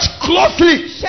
closely